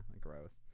Gross